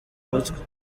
mutwe